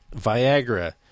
Viagra